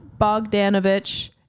Bogdanovich